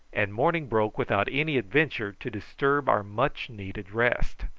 and morning broke without any adventure to disturb our much-needed rest.